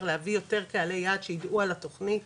להביא יותר קהליי יעד שיידעו על התוכנית